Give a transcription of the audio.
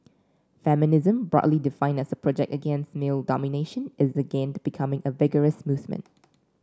feminism broadly defined as a project against male domination is again becoming a vigorous movement